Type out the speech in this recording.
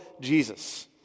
Jesus